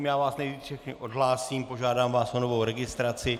Já vás nejdřív všechny odhlásím a požádám vás o novou registraci.